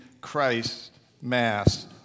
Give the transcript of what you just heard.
Christ-mass